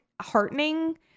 heartening